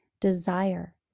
desire